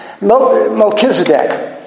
Melchizedek